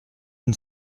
une